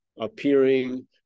appearing